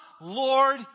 Lord